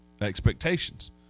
expectations